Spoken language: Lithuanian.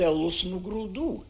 pelus nuo grūdų